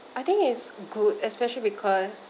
I think it's good especially because